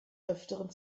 öfteren